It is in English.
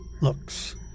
looks